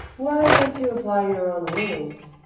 why don't you apply your own rules?